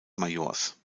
majors